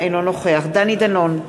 אינו נוכח דני דנון,